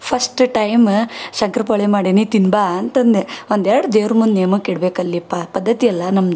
first time shankarpoli ಮಾಡೀನಿ ತಿನ್ನು ಬಾ ಅಂತನೇ ಒಂದು ಎರಡು ದೇವ್ರ ಮುಂದೆ ನೇಮಕ್ಕೆ ಇಡಬೇಕಲ್ಲಪ್ಪಾ ಪದ್ಧತಿಯಲ್ಲ ನಮ್ದು